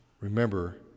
Remember